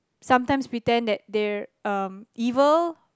sometimes pretend that they're um evil